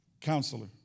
Counselor